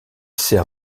sert